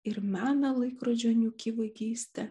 ir mena laikrodžio niūki vaikystę